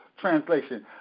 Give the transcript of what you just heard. translation